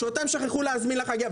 שכחו להזמין אותם לחגיגה.